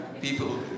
people